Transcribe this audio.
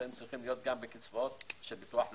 הם צריכים להיות גם בקצבאות של ביטוח לאומי.